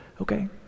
Okay